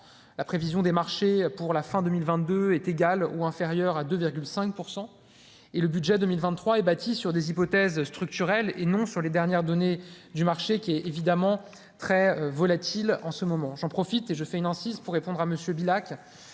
la prévision des marchés pour la fin 2022 est égal ou inférieur à 2,5 % et le budget 2023 est bâti sur des hypothèses structurelle et non sur les dernières données du marché qui est évidemment très volatile en ce moment, j'en profite et je fais une hantise pour répondre à monsieur